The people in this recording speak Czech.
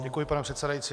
Děkuji, pane předsedající.